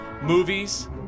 movies